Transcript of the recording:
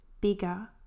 bigger